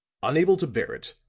unable to bear it,